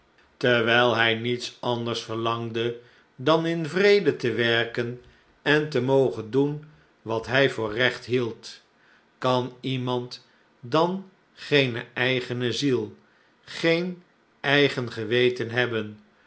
terwijl hij niets anders verlangde dan in vrede te werken en temogen doen wat hij voor recht hield kan iemand dan geene eigene ziel geen eigen geweten hebben